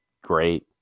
great